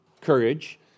courage